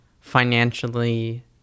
financially